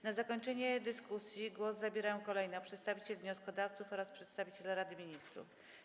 Na zakończenie dyskusji głos zabierają kolejno przedstawiciel wnioskodawców oraz przedstawiciel Rady Ministrów.